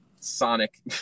Sonic